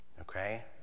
Okay